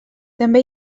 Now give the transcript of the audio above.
també